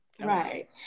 right